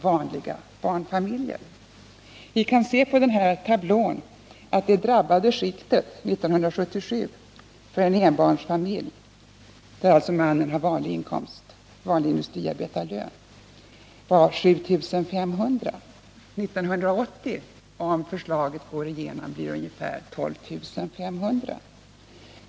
Vi kan på den här tablån se att det drabbade skiktet år 1977 för en enbarnsfamilj, där alltså mannen har vanlig industriarbetarlön, var 7 500 kr. År 1980 blir det, om förslaget går igenom, ungefär 12 500 kr.